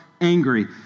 angry